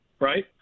right